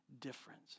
difference